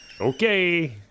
Okay